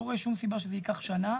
אני לא רואה שום סיבה שזה ייקח שנה.